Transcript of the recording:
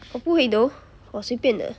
我不会 though 我随便的